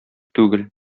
түгел